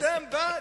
.